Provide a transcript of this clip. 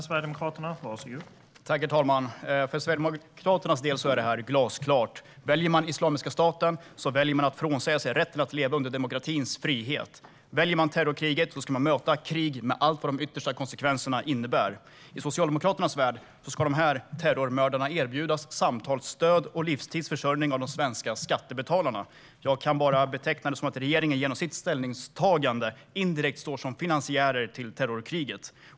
Herr talman! För Sverigedemokraternas del är det glasklart. Väljer man Islamiska staten frånsäger man sig rätten att leva under demokratins frihet. Väljer man terrorkriget ska man möta krigets alla konsekvenser. I Socialdemokraternas värld ska dessa terrormördare erbjudas samtalsstöd och livstidsförsörjning av de svenska skattebetalarna. Jag kan bara se det som att regeringen genom sitt ställningstagande indirekt står som finansiärer av terrorkriget.